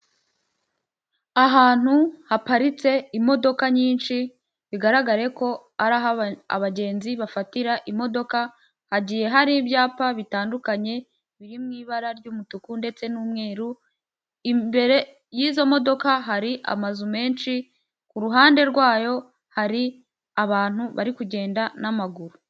Aantu haparitse imodoka nyinshi bigaragare ko ari aho abagenzi bafatira imodoka hagiye hari ibyapa bitandukanye biri mu ibara ry'umutuku ndetse n'umweru, imbere y'izo modoka hari amazu menshi ku ruhande rwayo hari abantu bari kugenda n'amaguru.